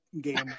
game